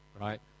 Right